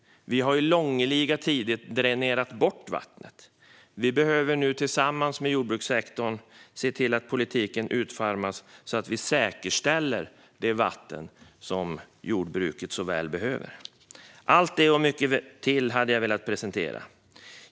Vi har i långliga tider dränerat bort vatten, men nu behöver vi tillsammans med jordbrukssektorn se till att politiken utformas så att vi säkerställer det vatten som jordbruket så väl behöver. Allt detta och mycket mer därtill hade jag velat presentera.